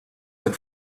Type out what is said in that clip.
had